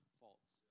faults